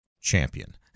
champion